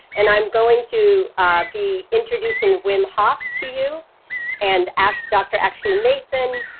and i'm going to be introducing wim hof to you and after dr. actually mason,